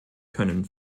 können